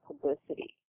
publicity